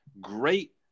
great